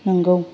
नोंगौ